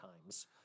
times